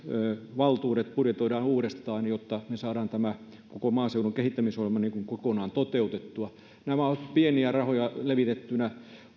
valtuudet budjetoidaan uudestaan jotta me saamme tämän koko maaseudun kehittämisohjelman kokonaan toteutettua nämä ovat pieniä rahoja levitettynä